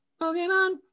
Pokemon